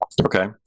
Okay